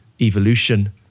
evolution